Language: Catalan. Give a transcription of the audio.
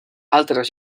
altres